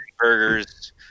burgers